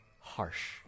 harsh